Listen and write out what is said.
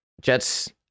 Jets